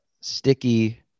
sticky